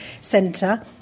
Centre